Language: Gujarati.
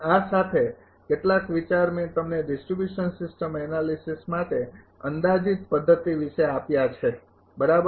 આ સાથે કેટલાક વિચાર મેં તમને ડિસ્ટ્રિબ્યુશન સિસ્ટમ એનાલિસિસ માટે અંદાજિત પદ્ધતિ વિશે આપ્યા છે બરાબર